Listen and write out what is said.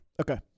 Okay